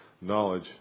knowledge